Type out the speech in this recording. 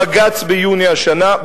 בג"ץ ביוני השנה,